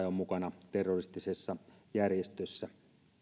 on mukana terroristisessa järjestössä